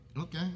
Okay